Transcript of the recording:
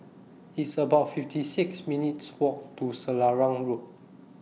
It's about fifty six minutes' Walk to Selarang Road